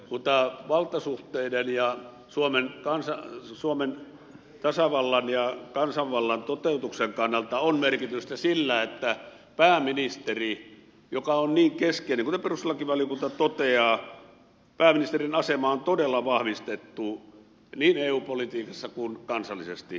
mutta valtasuhteiden ja suomen tasavallan ja kansanvallan toteutuksen kannalta on merkitystä sillä että pääministerin joka on niin keskeinen kuten perustuslakivaliokunta toteaa asemaa on todella vahvistettu niin eu politiikassa kuin kansallisesti